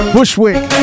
Bushwick